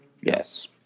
Yes